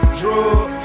drugs